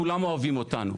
כולם אוהבים אותנו.